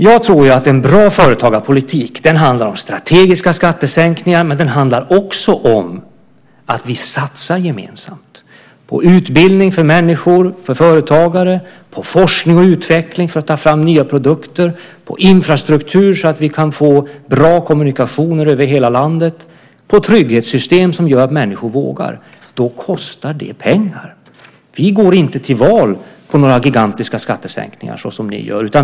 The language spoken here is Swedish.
Jag tror att en bra företagarpolitik handlar om strategiska skattesänkningar, men den handlar också om att vi satsar gemensamt på utbildning för människor, för företagare, på forskning och utveckling för att ta fram nya produkter, på infrastruktur så att vi kan få bra kommunikationer över hela landet, på trygghetssystem som gör att människor vågar. Då kostar det pengar. Vi går inte till val på några gigantiska skattesänkningar såsom ni gör.